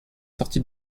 sortie